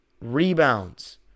rebounds